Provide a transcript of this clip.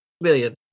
million